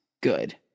good